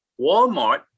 Walmart